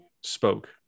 spoke